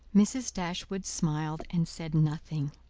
mrs. dashwood smiled, and said nothing.